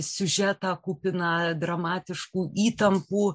siužetą kupiną dramatiškų įtampų